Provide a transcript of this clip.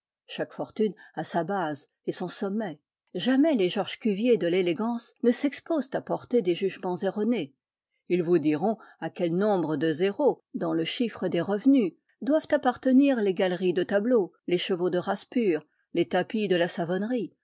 chaque fortune a sa base et son sommet jamais les georges cuvier de l'élégance ne s'exposent à porter des jugements erronés ils vous diront à quel nombre de zéros dans le chiffre des revenus doivent appartenir les galeries de tableaux les chevaux de race pure les tapis de la savonnerie